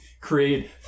create